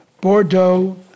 Bordeaux